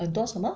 很多什么